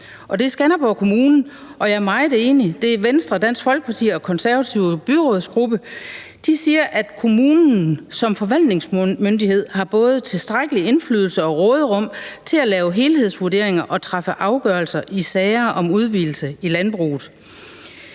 det er Skanderborg Kommune, og jeg er meget enig. Det er Venstres, Dansk Folkepartis og Konservatives byrådsgruppe, som siger, at kommunen som forvaltningsmyndighed både har tilstrækkelig indflydelse og råderum til at lave helhedsvurderinger og træffe afgørelser i sager om udvidelse i landbruget.